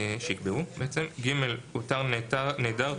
אותר נעדר,